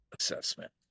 assessment